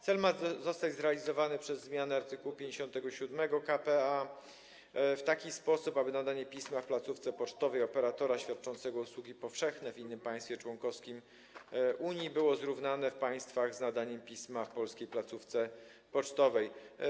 Cel ma zostać zrealizowany przez zmianę art. 57 k.p.a. w taki sposób, aby nadanie pisma w placówce pocztowej operatora świadczącego usługi powszechne w innym państwie członkowskim Unii było zrównane z nadaniem pisma w polskiej placówce pocztowej.